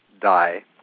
die